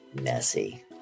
messy